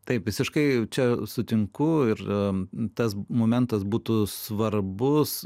taip visiškai čia sutinku ir tas momentas būtų svarbus